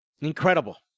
Incredible